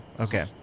Okay